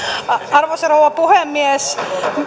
arvoisa rouva puhemies